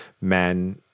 men